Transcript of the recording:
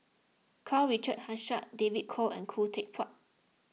Karl Richard Hanitsch David Kwo and Khoo Teck Puat